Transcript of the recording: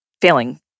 failing